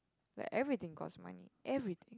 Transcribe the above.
like everything costs money everything